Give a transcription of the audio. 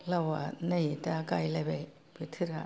लावा नै दा गाइलाइबाय बोथोरा